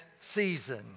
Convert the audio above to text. season